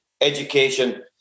education